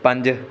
ਪੰਜ